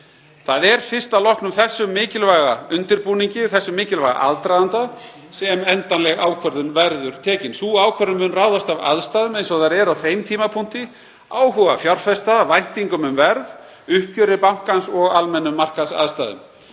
Það er fyrst að loknum þessum mikilvæga undirbúningi, þessum mikilvæga aðdraganda, sem endanleg ákvörðun verður tekin. Sú ákvörðun mun ráðast af aðstæðum eins og þær eru á þeim tímapunkti, áhuga fjárfesta, væntingum um verð, uppgjöri bankans og almennum markaðsaðstæðum.